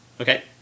Okay